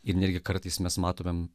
ir netgi kartais mes matome